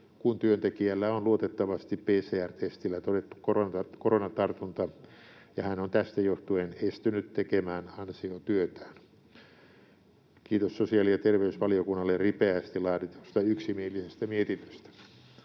kun työntekijällä on luotettavasti PCR-testillä todettu koronatartunta ja hän on tästä johtuen estynyt tekemään ansiotyötään. Kiitos sosiaali- ja terveysvaliokunnalle ripeästi laaditusta yksimielisestä mietinnöstä.